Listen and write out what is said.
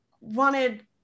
wanted